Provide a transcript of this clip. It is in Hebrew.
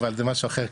אבל זה משהו אחר,